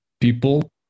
people